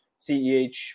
ceh